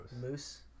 moose